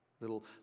Little